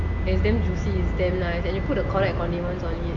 and is damn juicy is damn nice and you put the correct condiments on it